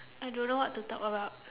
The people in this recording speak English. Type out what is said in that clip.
I don't know what to talk about